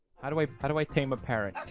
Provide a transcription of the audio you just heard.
how do i how do i tame apparent?